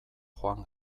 joan